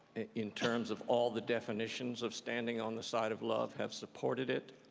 in terms of all the definition of standing on the side of love, have supported it.